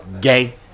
gay